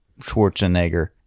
Schwarzenegger